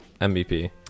MVP